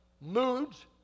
moods